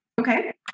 Okay